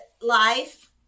life